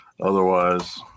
Otherwise